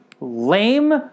lame